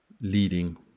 leading